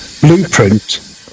blueprint